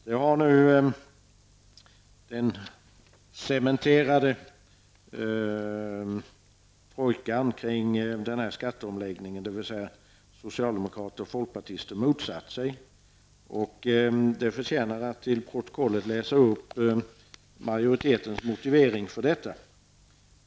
Detta har den cementerade trojkan kring skatteomläggningen, dvs. socialdemokrater och folkpartister, motsatt sig. Det förtjänar att till protokollet läsa upp majoritetens motivering för detta.